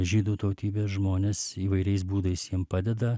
žydų tautybės žmones įvairiais būdais jiem padeda